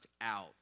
out